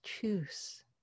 Choose